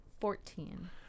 Fourteen